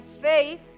faith